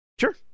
Sure